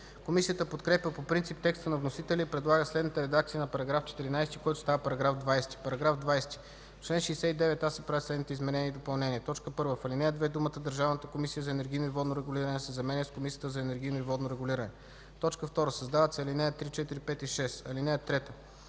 Комисията подкрепя по принцип текста на вносителя и предлага следната редакция на § 14, който става § 20: „§ 20. В чл. 69а се правят следните изменения и допълнения: 1. В ал. 2 думите „Държавната комисия за енергийно и водно регулиране” се заменят с „Комисията за енергийно и водно регулиране”. 2. Създават се ал. 3, 4, 5 и 6: „(3)